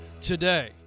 today